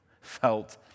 felt